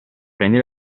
prendi